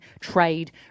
trade